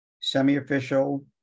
semi-official